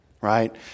right